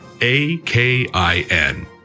A-K-I-N